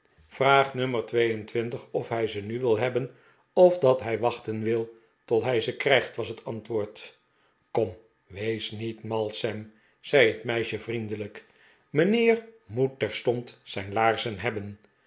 en twintig of hij ze nu wil hebben of dat hij wachten wil tot hij ze krijgt was het antwoord kom wees niet mal sam zei het meisje vriendelijk mijnheer moet terstond zijn laarzen hebben